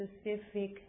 specific